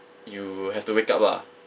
you have to wake up lah